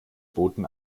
boten